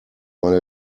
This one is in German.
meine